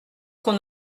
qu’on